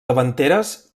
davanteres